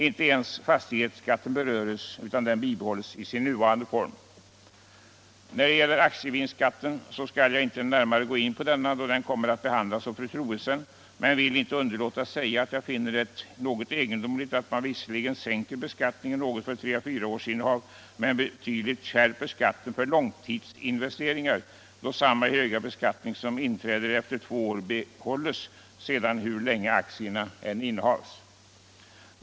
Inte ens fastighetsskatten beröres, utan den bibehålles i sin nuvarande form. Jag skall inte närmare gå in på aktievinstskatten, då den kommer att behandlas av fru Troedsson, men jag vill inte underlåta att säga att jag finner det något egendomligt att man visserligen sänker beskattningen något för tre å fyra års innehav men betydligt skärper skatten för långtidsinvesteringar, då samma höga beskattning som inträder efter två år behålles hur länge aktierna än innehas.